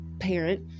parent